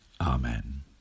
Amen